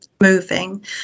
moving